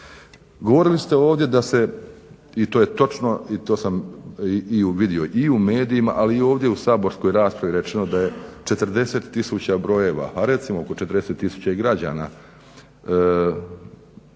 Govorili ste ovdje i to je točno i to sam vidio i u medijima ali i ovdje u saborskoj raspravi rečeno da je 40 tisuća brojeva a recimo i 40 tisuća i građana